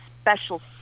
special